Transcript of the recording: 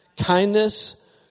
kindness